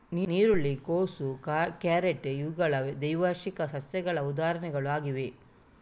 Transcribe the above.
ನೀರುಳ್ಳಿ, ಕೋಸು, ಕ್ಯಾರೆಟ್ ಇವೆಲ್ಲ ದ್ವೈವಾರ್ಷಿಕ ಸಸ್ಯಗಳ ಉದಾಹರಣೆಗಳು ಆಗಿವೆ